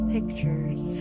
pictures